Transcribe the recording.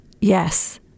Yes